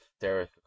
Derek